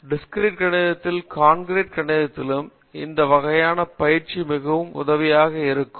discrete கணிதத்திலும் concrete கணிதத்திலும் இந்த வகையான பயிற்சி மிகவும் உதவியாக இருக்கும்